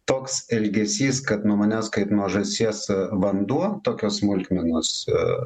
toks elgesys kad nuo manęs kaip nuo žąsies vanduo tokios smulkmenos